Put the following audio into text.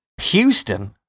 Houston